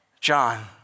John